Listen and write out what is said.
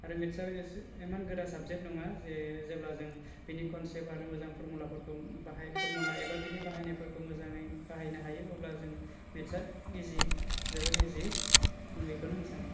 आरो मेटस आ एसे इमान गोरा साबजेक्ट नङा जे जेब्ला जों बिनि कनसेप्ट आरो मोजां फरमुला फोरखौ बाहाय फरमुला एबा बिनि बाहायनायफोरखौ मोजाङै बाहायनो हायो अब्ला जों मेटस आ इजि जोबोत इजि आं बेखौनो होननो सानो